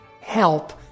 help